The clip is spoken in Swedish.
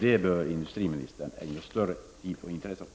Det bör industriministern ägna mer tid och intresse åt.